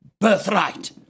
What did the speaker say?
birthright